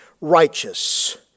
righteous